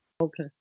Okay